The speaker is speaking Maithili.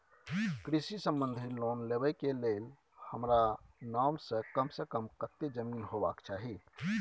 कृषि संबंधी लोन लेबै के के लेल हमरा नाम से कम से कम कत्ते जमीन होबाक चाही?